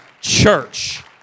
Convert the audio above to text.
church